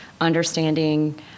understanding